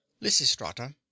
lysistrata